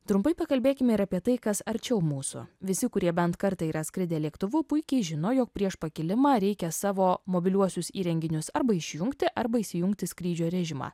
trumpai pakalbėkime ir apie tai kas arčiau mūsų visi kurie bent kartą yra skridę lėktuvu puikiai žino jog prieš pakilimą reikia savo mobiliuosius įrenginius arba išjungti arba įsijungti skrydžio režimą